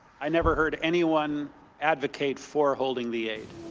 i never heard anyone advocate for holding the aide.